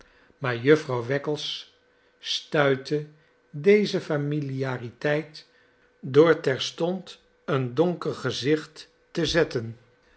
maar jufvrouw wackles stuitte deze familiariteit door terstond een donis er gezicht te zetten